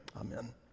Amen